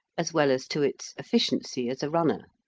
as well as to its efficiency as a runner.